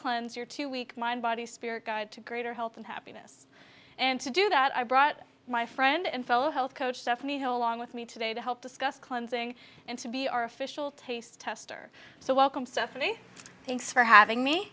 cleanse your two week mind body spirit guide to greater health and happiness and to do that i brought my friend and fellow health coach stephanie whole long with me today to help discuss cleansing and to be our official taste tester so welcome stephanie thanks for having me